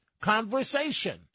conversation